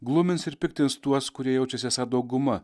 glumins ir piktina tuos kurie jaučiasi esą dauguma